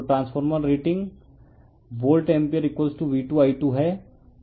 तो transformer rating एटिन volt ampere V2I2 है